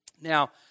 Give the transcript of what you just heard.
Now